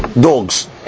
dogs